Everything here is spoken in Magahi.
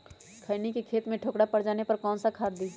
खैनी के खेत में ठोकरा पर जाने पर कौन सा खाद दी?